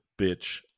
bitch